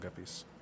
guppies